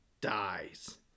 dies